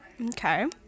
Okay